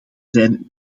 zijn